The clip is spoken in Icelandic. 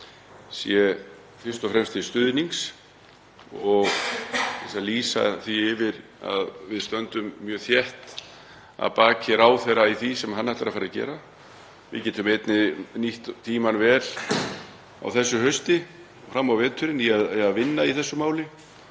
sé fyrst og fremst til stuðnings og til að lýsa því yfir að við stöndum mjög þétt að baki ráðherra í því sem hann ætlar að fara að gera. Við getum einnig nýtt tímann vel á þessu hausti fram á veturinn í að vinna í þessu máli,